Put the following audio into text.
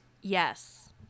Yes